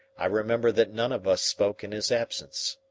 i remember that none of us spoke in his absence.